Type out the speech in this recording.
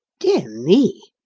dear me!